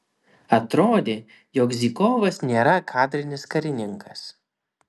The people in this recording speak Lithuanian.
atrodė jog zykovas nėra kadrinis karininkas